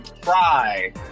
cry